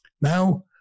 now